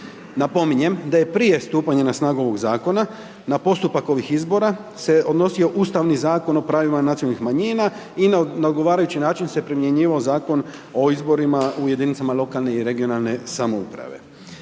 Napominjem da je prije stupanja na snagu ovog zakona na postupak ovih izbora se odnosio Ustavni zakon o pravima nacionalnih manjina i na odgovarajući način se primjenjivao Zakon o izborima u jedinicama lokalne i regionalne samouprave.